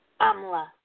Amla